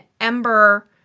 Ember